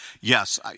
Yes